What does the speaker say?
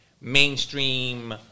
mainstream